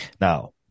Now